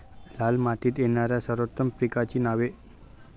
लाल मातीत येणाऱ्या सर्वोत्तम पिकांची नावे?